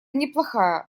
неплохая